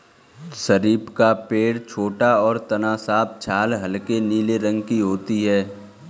शरीफ़ा का पेड़ छोटा और तना साफ छाल हल्के नीले रंग की होती है